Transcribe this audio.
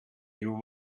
nieuwe